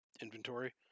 inventory